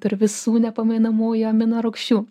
turi visų nepamainomųjų amino rūgščių